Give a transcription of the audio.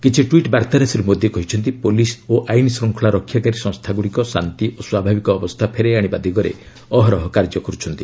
କିଛି ଟ୍ୱିଟ୍ ବାର୍ତ୍ତାରେ ଶ୍ରୀ ମୋଦି କହିଛନ୍ତି ପୋଲିସ୍ ଓ ଆଇନଶୃଙ୍ଖଳା ରକ୍ଷାକାରୀ ସଂସ୍ଥାଗୁଡ଼ିକ ଶାନ୍ତି ଓ ସ୍ୱାଭାବିକ ଅବସ୍ଥା ଫେରାଇ ଆଣିବା ଦିଗରେ ଅହରହ କାର୍ଯ୍ୟ କରୁଛନ୍ତି